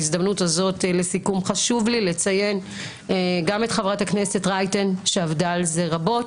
בהזדמנות הזאת חשוב לי לציין גם את חברת הכנסת רייטן שעבדה על זה רבות,